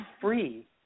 free